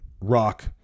Rock